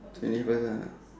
finish first lah